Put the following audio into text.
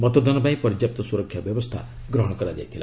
ମତଦାନ ପାଇଁ ପର୍ଯ୍ୟାପ୍ତ ସୁରକ୍ଷା ବ୍ୟବସ୍ଥା ଗ୍ରହଣ କରାଯାଇଥିଲା